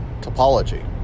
topology